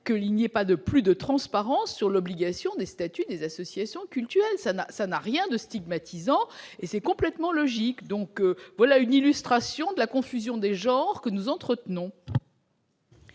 qu'il n'y ait pas plus de transparence quant aux obligations statutaires des associations cultuelles : cela n'a rien de stigmatisant et c'est complètement logique. Voilà en tout cas une illustration de la confusion des genres que nous entretenons.